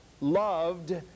loved